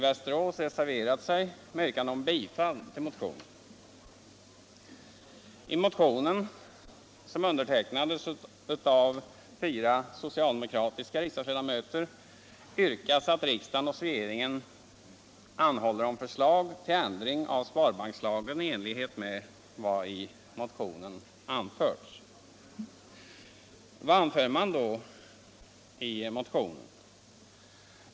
Mot detta yrkande har herr Pettersson i Västerås reserverat sig med yrkande om bifall till motionen. Vad anför man då i motionen?